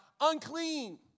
unclean